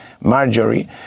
Marjorie